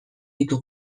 ditu